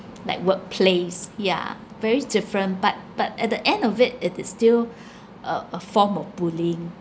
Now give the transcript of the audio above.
like workplace ya very different but but at the end of it it is still a a form of bullying